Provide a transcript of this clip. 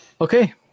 Okay